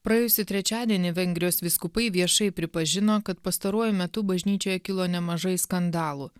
praėjusį trečiadienį vengrijos vyskupai viešai pripažino kad pastaruoju metu bažnyčioje kilo nemažai skandalų